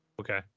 Okay